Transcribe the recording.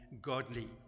godly